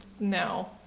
No